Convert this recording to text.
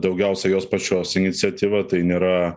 daugiausiai jos pačios iniciatyva tai nėra